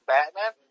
Batman